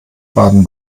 baden